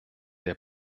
der